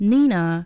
Nina